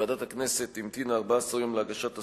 ועדת הכנסת המתינה 14 יום להגשת השגות,